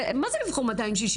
מה זה לבחור 260?